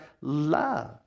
love